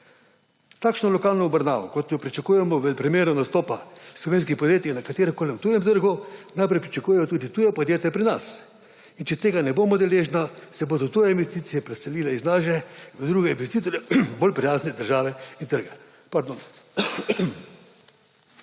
Takšno lokalno obravnavo, kot jo pričakujemo v primeru nastopa slovenskih podjetij na kateremkoli tujem trgu, najprej pričakujejo tudi tuja podjetja pri nas. In če tega ne bodo deležna, se bodo tuje investicije preselile iz naše v druge, investitorjem bolj prijazne države in trge. Na